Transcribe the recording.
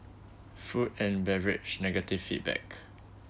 food and beverage negative feedback